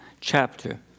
chapter